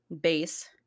base